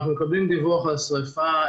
אנחנו מקבלים דיווח על שריפה,